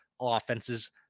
offenses